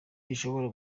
gishobora